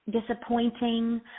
disappointing